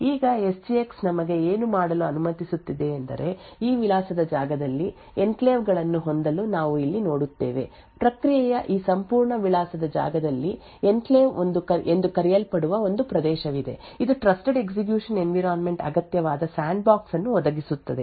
ಈಗ S G X ನಮಗೆ ಏನು ಮಾಡಲು ಅನುಮತಿಸುತ್ತದೆ ಎಂದರೆ ಈ ವಿಳಾಸದ ಜಾಗದಲ್ಲಿ ಎನ್ಕ್ಲೇವ್ ಗಳನ್ನು ಹೊಂದಲು ನಾವು ಇಲ್ಲಿ ನೋಡುತ್ತೇವೆ ಪ್ರಕ್ರಿಯೆಯ ಈ ಸಂಪೂರ್ಣ ವಿಳಾಸದ ಜಾಗದಲ್ಲಿ ಎನ್ಕ್ಲೇವ್ ಎಂದು ಕರೆಯಲ್ಪಡುವ ಒಂದು ಪ್ರದೇಶವಿದೆ ಅದು ಟ್ರಸ್ಟೆಡ್ ಎಸ್ಎಕ್ಯುಷನ್ ಎನ್ವಿರಾನ್ಮೆಂಟ್ ಅಗತ್ಯವಾದ ಸ್ಯಾಂಡ್ಬಾಕ್ಸ್ ಅನ್ನು ಒದಗಿಸುತ್ತದೆ